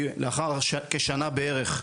לאחר כשנה בערך,